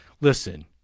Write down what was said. listen